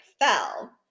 fell